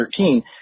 2013